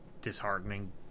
disheartening